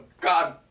God